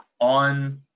on